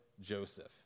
Joseph